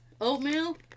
Oatmeal